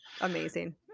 Amazing